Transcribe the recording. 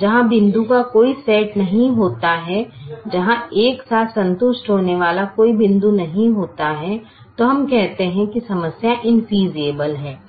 जहां बिंदु का कोई सेट नहीं होता है जहां एक साथ संतुष्ट होने वाला कोई बिंदु नहीं होता है तो हम कहते हैं कि समस्या इनफेयसिबल है